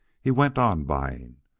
he went on buying,